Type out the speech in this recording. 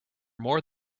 more